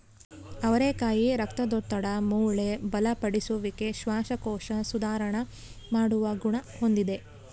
ಅವರೆಕಾಯಿ ರಕ್ತದೊತ್ತಡ, ಮೂಳೆ ಬಲಪಡಿಸುವಿಕೆ, ಶ್ವಾಸಕೋಶ ಸುಧಾರಣ ಮಾಡುವ ಗುಣ ಹೊಂದಿದೆ